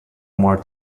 more